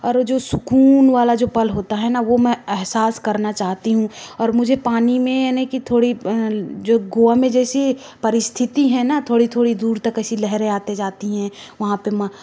और ओ जो सुकून वाला जो पल होता है ना वो मैं अहसास करना चाहती हूँ और मुझे पानी में यानि की थोड़ी जो गोवा में जैसी परिस्थिति है ना थोड़ी थोड़ी दूर तक ऐसी लहरें आते जाती हैं वहाँ पे